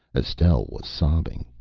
estelle was sobbing.